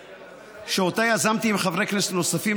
שאותה יזמתי עם חברי כנסת נוספים,